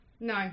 No